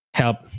help